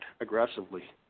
aggressively